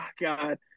God